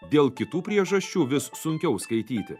dėl kitų priežasčių vis sunkiau skaityti